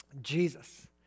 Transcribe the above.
Jesus